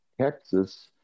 Texas